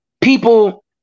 people